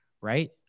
Right